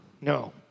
No